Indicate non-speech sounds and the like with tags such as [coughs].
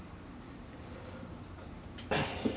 [coughs]